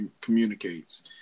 communicates